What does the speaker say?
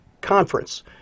Conference